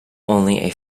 only